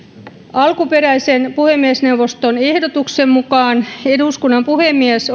alkuperäisen puhemiesneuvoston ehdotuksen mukaan eduskunnan puhemies